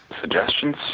Suggestions